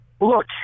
Look